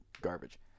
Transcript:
garbage